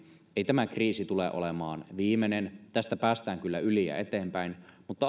ei tämä kriisi tule olemaan viimeinen tästä päästään kyllä yli ja eteenpäin mutta aina ihmiskunnan